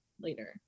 later